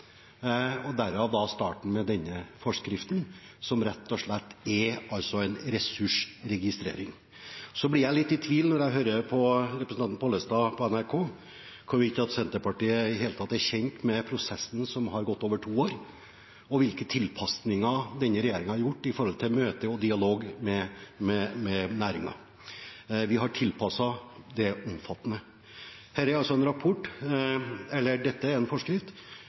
fiskeri. Derav kom starten med denne forskriften, som rett og slett er en ressursregistrering. Så blir jeg litt i tvil – når jeg hører representanten Pollestad på NRK – om hvorvidt Senterpartiet er kjent med prosessen som har gått over to år, og hvilke tilpasninger denne regjeringen har gjort etter møter og dialog med næringen. Vi har gjort omfattende tilpasninger. Dette er altså en forskrift som er nødvendig for at vi i fellesskap skal ha en